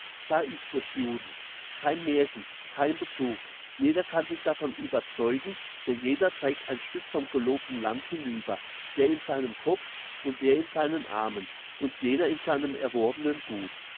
da ist es juden kein märchen kein betrug jeder kann sich davon überzeugen denn jeder trägt ein stück vom gelobten land hinüber der in seinem kopf und der in seinen armen und jener in seinem erworbenen gut